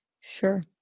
sure